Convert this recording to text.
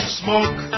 smoke